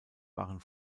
waren